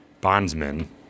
bondsman